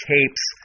Tapes